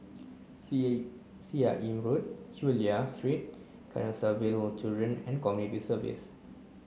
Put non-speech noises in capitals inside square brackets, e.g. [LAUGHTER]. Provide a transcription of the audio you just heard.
C A Seah In [UNINTELLIGIBLE] Road Chulia Street Canossaville Children and Community Services